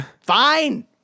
Fine